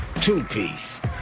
Two-Piece